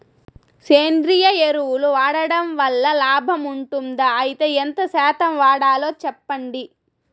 సేంద్రియ ఎరువులు వాడడం వల్ల లాభం ఉంటుందా? అయితే ఎంత శాతం వాడాలో చెప్పండి?